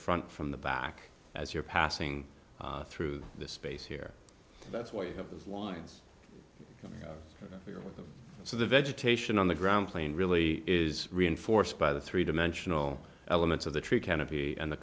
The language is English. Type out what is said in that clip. front from the back as you're passing through this space here that's where you have the lines so the vegetation on the ground plain really is reinforced by the three dimensional elements of the tree canopy and the